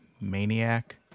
Maniac